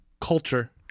culture